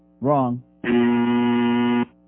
Wrong